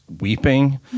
weeping